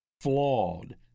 flawed